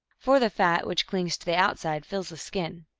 for the fat, which clings to the outside, fills the skin.